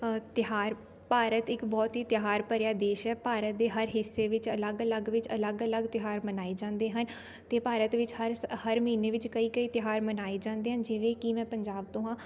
ਤਿਉਹਾਰ ਭਾਰਤ ਇੱਕ ਬਹੁਤ ਹੀ ਤਿਉਹਾਰ ਭਰਿਆ ਦੇਸ਼ ਹੈ ਭਾਰਤ ਦੇ ਹਰ ਹਿੱਸੇ ਵਿੱਚ ਅਲੱਗ ਅਲੱਗ ਵਿੱਚ ਅਲੱਗ ਅਲੱਗ ਤਿਉਹਾਰ ਮਨਾਏ ਜਾਂਦੇ ਹਨ ਅਤੇ ਭਾਰਤ ਵਿੱਚ ਹਰ ਸਾ ਹਰ ਮਹੀਨੇ ਵਿੱਚ ਕਈ ਕਈ ਤਿਉਹਾਰ ਮਨਾਏ ਜਾਂਦੇ ਹਨ ਜਿਵੇਂ ਕਿ ਮੈਂ ਪੰਜਾਬ ਤੋਂ ਹਾਂ